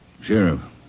Sheriff